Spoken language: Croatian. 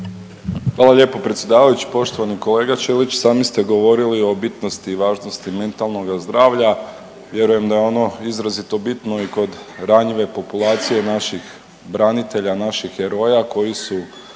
Hvala lijepo predsjedavajući. Poštovani kolega Ćelić, sami ste govorili o bitnosti, važnosti mentalnoga zdravlja. Vjerujem da je ono izrazito bitno i kod ranjive populacije naših branitelja, naših heroja koji su